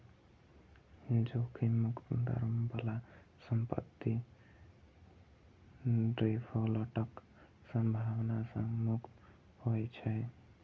जोखिम मुक्त दर बला संपत्ति डिफॉल्टक संभावना सं मुक्त होइ छै